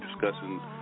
discussing